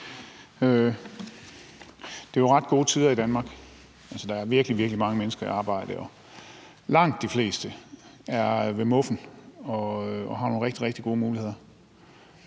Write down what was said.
Det er jo ret gode tider i Danmark. Altså, der er virkelig, virkelig mange mennesker i arbejde, og langt de fleste er ved muffen og har nogle rigtig, rigtig gode muligheder.